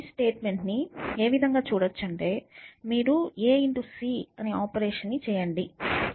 ఈ స్టేట్మెంట్ ని ఏ విధంగా చూడవచ్చంటే మీరు a × c ఆపరేషన్ చేయండి